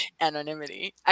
anonymity